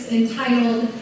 entitled